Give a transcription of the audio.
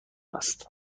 است